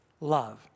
love